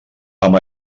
amb